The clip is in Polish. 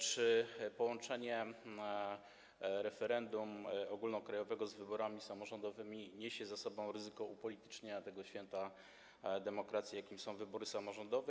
Czy połączenie referendum ogólnokrajowego z wyborami samorządowymi niesie za sobą ryzyko upolitycznienia tego święta demokracji, jakim są wybory samorządowe?